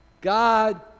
God